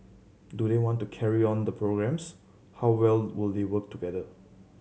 do they want to carry on the programmes how well will they work together